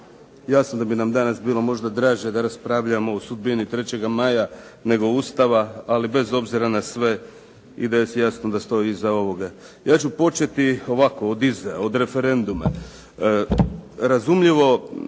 Jasno da bi nam danas bilo možda draže da raspravljamo o sudbini 3. maja nego Ustava, ali bez obzira na sve IDS jasno da stoji iza ovoga. Ja ću početi ovako, od iza, od referenduma. Razumljivo